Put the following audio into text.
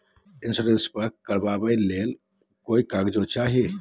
इंसोरेंसबा करबा बे ली कोई कागजों चाही?